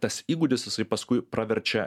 tas įgūdis jisai paskui praverčia